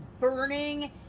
burning